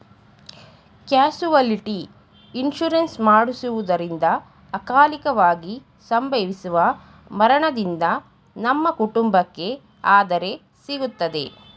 casualty insurance ಮಾಡಿಸುವುದರಿಂದ ಅಕಾಲಿಕವಾಗಿ ಸಂಭವಿಸುವ ಮರಣದಿಂದ ನಮ್ಮ ಕುಟುಂಬಕ್ಕೆ ಆದರೆ ಸಿಗುತ್ತದೆ